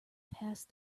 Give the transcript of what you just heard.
passed